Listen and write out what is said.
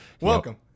Welcome